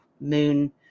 Moon